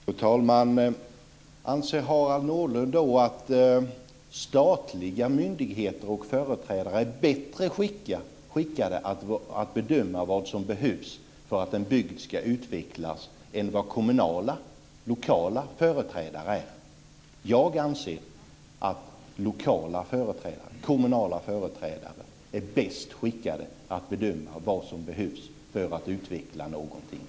Fru talman! Anser Harald Nordlund att statliga myndigheter och företrädare är bättre skickade att bedöma vad som behövs för att en bygd ska utvecklas än vad lokala, kommunala företrädare är? Jag anser att lokala och kommunala företrädare är bäst skickade att bedöma vad som behövs för att utveckla någonting.